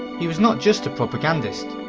he was not just a propagandist.